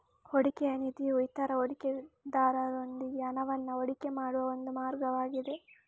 ಹೂಡಿಕೆಯ ನಿಧಿಯು ಇತರ ಹೂಡಿಕೆದಾರರೊಂದಿಗೆ ಹಣವನ್ನ ಹೂಡಿಕೆ ಮಾಡುವ ಒಂದು ಮಾರ್ಗವಾಗಿದೆ